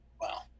Wow